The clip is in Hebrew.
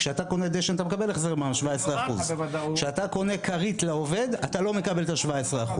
כשאתה קונה דשן אתה מקבל החזר מע"מ 17%. כשאתה קונה כרית לעובד אתה לא מקבל את ה-17%.